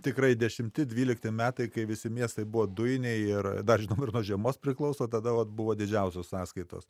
tikrai dešimti dvylikti metai kai visi miestai buvo dujiniai ir dar žinoma ir nuo žiemos priklauso tada vat buvo didžiausios sąskaitos